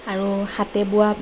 আৰু হাতে বোৱা